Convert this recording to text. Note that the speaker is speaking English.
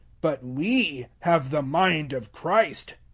but we have the mind of christ.